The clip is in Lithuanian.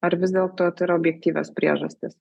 ar vis dėlto tai yra objektyvios priežastys